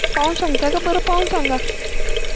पाहून सांगताय का बरं पाहून सांगा